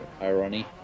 irony